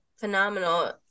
Phenomenal